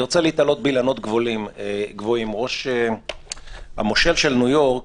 אני רוצה להיתלות באילנות גבוהים: המושל של ניו יורק,